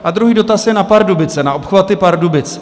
A druhý dotaz je na Pardubice, na obchvaty Pardubic.